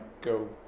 go